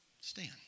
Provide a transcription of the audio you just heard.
Stand